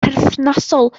perthnasol